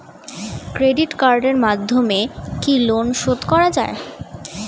Credit কার্ডের মাধ্যমে কি লোন শোধ করা যায়?